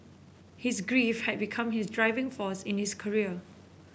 his grief had become his driving force in his career